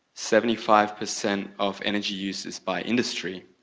seventy five percent of energy use is by industry,